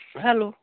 hello